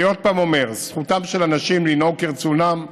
שוב אומר, זכותם של אנשים לנהוג כרצונם.